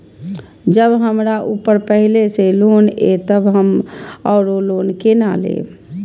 जब हमरा ऊपर पहले से लोन ये तब हम आरो लोन केना लैब?